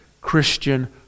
Christian